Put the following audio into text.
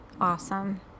Awesome